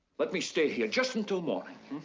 let me stay here, just until morning.